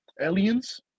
aliens